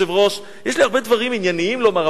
יש לי הרבה דברים ענייניים לומר,